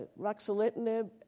Ruxolitinib